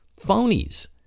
Phonies